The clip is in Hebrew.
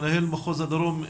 מנהל מחוז הדרום.